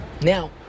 now